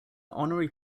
honorary